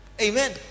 Amen